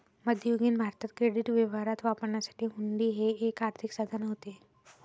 मध्ययुगीन भारतात क्रेडिट व्यवहारात वापरण्यासाठी हुंडी हे एक आर्थिक साधन होते